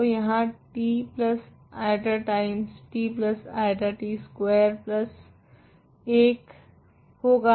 तो यहाँ tI Times tI t square 1 होगा